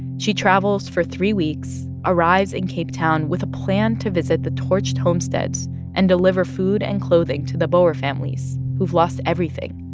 she travels for three weeks, arrives in cape town with a plan to visit the torched homesteads and deliver food and clothing to the boer families who've lost everything.